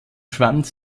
schwanz